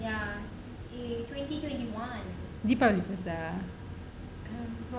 deepavali க்கு வருதா:kku varutha